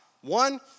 One